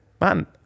man